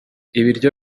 ibiryo